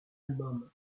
album